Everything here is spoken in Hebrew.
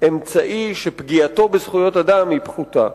אמצעי שפגיעתו בזכויות אדם היא פחותה.